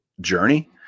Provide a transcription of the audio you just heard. journey